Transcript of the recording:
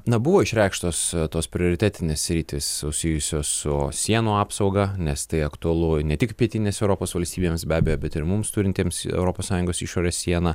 na buvo išreikštos tos prioritetinės sritys susijusios su sienų apsauga nes tai aktualu ne tik pietinės europos valstybėms be abejo bet ir mums turintiems europos sąjungos išorės sieną